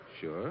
Sure